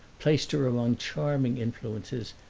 placed her among charming influences,